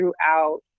throughout